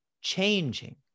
changing